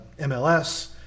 MLS